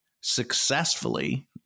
successfully